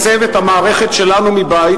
ואתה, במקום לייצב את המערכת שלנו מבית,